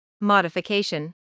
modification